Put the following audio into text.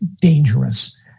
dangerous